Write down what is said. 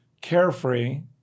carefree